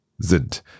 sind